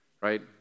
right